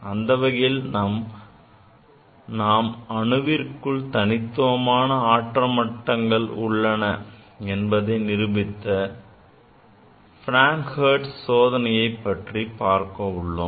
அந்தவகையில் நாம் அணுவிற்குள் தனித்துவமான ஆற்றல் மட்டங்கள் உள்ளன என்பதை நிரூபித்த Franck Hertz சோதனையை பற்றி பார்க்க உள்ளோம்